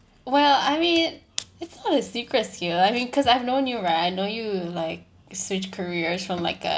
well I mean it's not a secrets skill I mean cause I've known you right I know you like switched careers from like uh